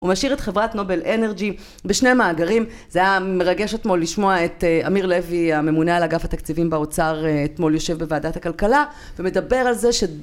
ומשאיר את חברת נובל אנרגי בשני מאגרים, זה היה מרגש אתמול לשמוע את אמיר לוי, הממונה על אגף התקציבים באוצר אתמול יושב בוועדת הכלכלה, ומדבר על זה...